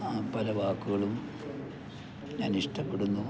ആ പല വാക്കുകളും ഞാൻ ഇഷ്ടപ്പെടുന്നു